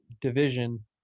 division